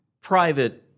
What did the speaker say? private